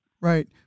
Right